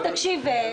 בעניין ביטוח סיעוד.